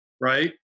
right